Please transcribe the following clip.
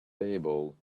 table